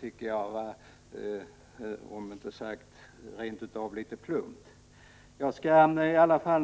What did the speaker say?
tycker jag rent ut sagt var litet plumpt.